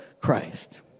Christ